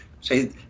Say